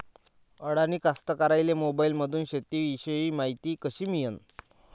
अडानी कास्तकाराइले मोबाईलमंदून शेती इषयीची मायती कशी मिळन?